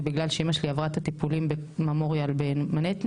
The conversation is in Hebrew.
ובגלל שאמא שלי עברה את הטיפולים בממוריאל במנהטן,